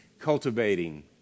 Cultivating